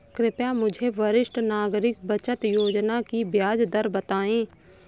कृपया मुझे वरिष्ठ नागरिक बचत योजना की ब्याज दर बताएं?